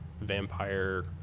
vampire